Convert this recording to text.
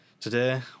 today